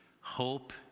hope